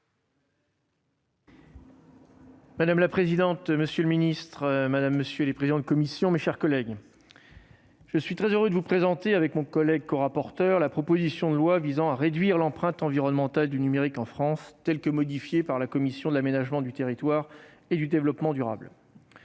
Madame la présidente, monsieur le secrétaire d'État, mes chers collègues, je suis très heureux de vous présenter, avec mon collègue corapporteur, la proposition de loi visant à réduire l'empreinte environnementale du numérique en France, telle que modifiée par la commission de l'aménagement du territoire et du développement durable.